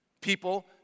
People